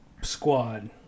squad